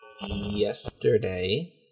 yesterday